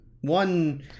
One